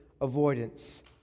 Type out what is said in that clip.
Avoidance